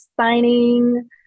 signing